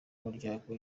muryango